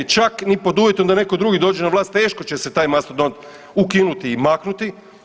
Čak ni pod uvjetom da netko drugi dođe na vlast teško će se taj mastodont ukinuti i maknuti.